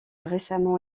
récemment